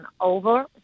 over